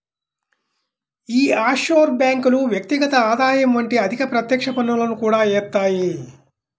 యీ ఆఫ్షోర్ బ్యేంకులు వ్యక్తిగత ఆదాయం వంటి అధిక ప్రత్యక్ష పన్నులను కూడా యేత్తాయి